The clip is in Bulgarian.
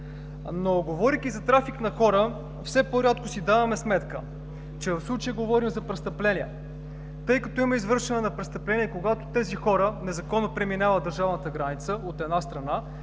Говорейки за трафик на хора все по-рядко си даваме сметка, че в случая говорим за престъпление, тъй като имаме извършване на престъпление, когато тези хора незаконно преминават държавната граница, от една страна,